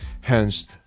hence